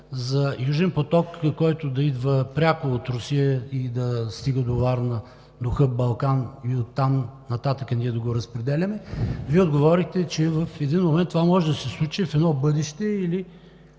за „Южен поток“, който да идва пряко от Русия и да стига до Варна, до хъб „Балкан“ и оттам нататък ние да го разпределяме, Вие отговорихте, че в един момент това може да се случи в едно бъдеще или